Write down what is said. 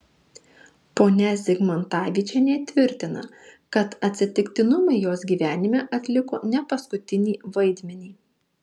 ponia zigmantavičienė tvirtina kad atsitiktinumai jos gyvenime atliko ne paskutinį vaidmenį